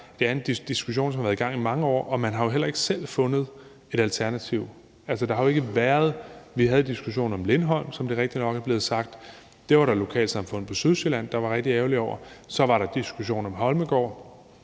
engang en diskussion, der har været i gang i mange år, og man har jo heller ikke selv fundet et alternativ. Der har jo ikke været noget. Vi havde diskussionen om Lindholm, som det rigtigt nok er blevet sagt, men det var der et lokalsamfund på Sydsjælland der var rigtig ærgerlige over. Så var der diskussionen om Holmegaard,